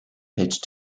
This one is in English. pitched